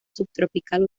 subtropical